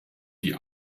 die